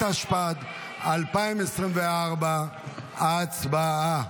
התשפ"ד 2024. הצבעה.